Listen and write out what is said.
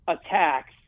attacks